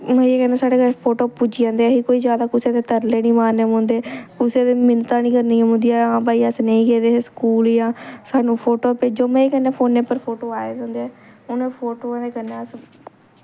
मज़े कन्नै साढ़े कश फोटो पुज्जी जंदे असें कोई ज्यादा कुसै दे तरले नी मारने पौंदे कुसै दी मिन्नतां नी करनी पौंदियां हां भाई अस नेईं गेदे हे स्कूल जां सानू फोटो भेजो मज़े कन्नै फोने पर फोटो आए दे होंदे उ'नें फोटोआं दे कन्नै अस